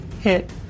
Hit